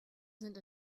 sind